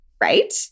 Right